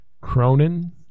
Cronin